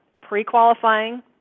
pre-qualifying